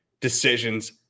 decisions